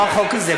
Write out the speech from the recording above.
לא החוק הזה.